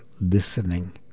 listening